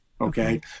Okay